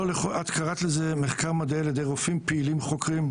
את קראת לזה "מחקר מדעי ע"י רופאים פעילים חוקרים",